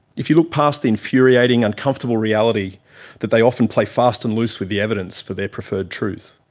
if you look past the infuriating uncomfortable reality that they often play fast and loose with the evidence for their preferred truth,